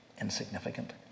insignificant